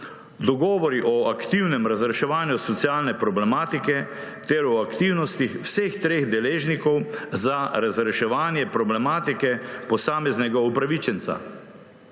dogovori o aktivnem razreševanju socialne problematike ter o aktivnostih vseh treh deležnikov za razreševanje problematike posameznega upravičenca.